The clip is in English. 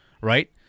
right